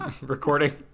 recording